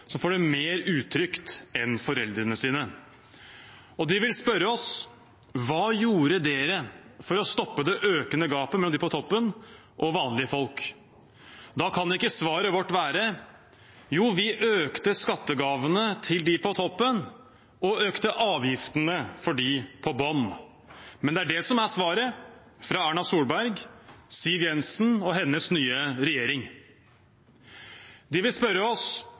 som får det mer utrygt enn foreldrene sine. De vil spørre oss hva vi gjorde for å stoppe det økende gapet mellom dem på toppen og vanlige folk. Da kan ikke svaret vårt være at jo, vi økte skattegavene til dem på toppen og økte avgiftene for dem på bunnen. Men det er det som er svaret fra Erna Solberg, Siv Jensen og den nye regjeringen. De vil spørre oss